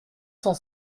cent